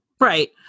Right